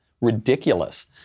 ridiculous